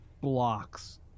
blocks